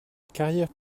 carrière